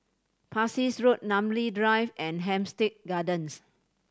Parsi Road Namly Drive and Hampstead Gardens